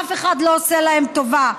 אף אחד לא עושה להם טובה.